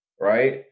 Right